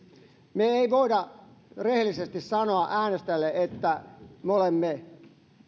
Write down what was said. me emme voi rehellisesti sanoa äänestäjille että me olemme